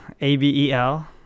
A-B-E-L